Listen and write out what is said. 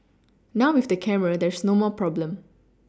now with the camera there's no more problem